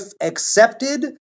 accepted